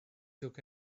took